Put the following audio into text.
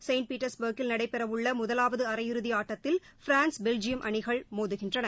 Saint பீட்டர்ஸ்பர்கில் நடைபெறவுள்ள முதலாவது அரையிறுதி ஆட்டத்தில் பிரான்ஸ் பெல்ஜியம் அணிகள் மோதுகின்றன